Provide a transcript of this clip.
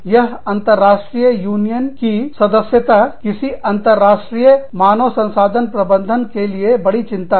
यह अंतरराष्ट्रीय यूनियन की सदस्यता किसी अंतर्राष्ट्रीय मानव संसाधन प्रबंधन के लिए बड़ी चिंता है